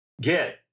get